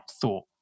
thought